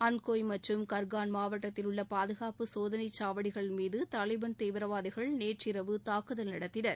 அந்த்கோய் மற்றும் கர்கான் மாவட்டத்தில் உள்ள பாதுகாப்பு சோதனைச்சாவடிகள் மீது தாலிபன் தீவிரவாதிகள் நேற்றிரவு தாக்குதல் நடத்தினர்